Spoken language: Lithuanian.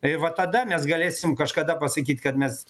tai vat tada mes galėsim kažkada pasakyt kad mes